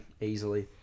easily